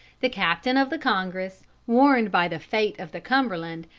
the captain of the congress, warned by the fate of the cumberland,